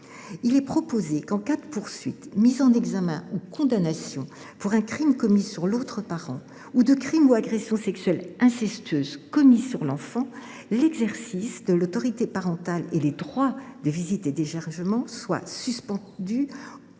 effet proposé que, en cas de poursuites, de mise en examen ou de condamnation pour un crime commis sur l’autre parent ou de crime ou agression sexuelle incestueuse commis sur l’enfant, l’exercice de l’autorité parentale et les droits de visite et d’hébergement soient suspendus